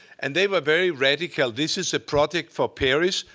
and they were very radical. this is a project for paris.